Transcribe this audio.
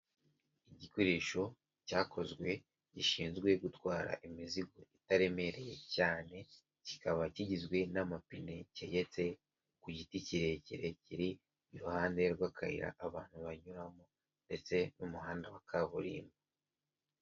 Igikoresho cyakozwe gishinzwe gutwara imizigo itaremereye cyane, kikaba kigizwe n'amapine kegetse ku giti kirekire kiri iruhande rw'akayira abantu banyuramo ndetse n'umuhanda wa kaburimbo.